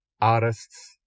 artists